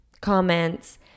comments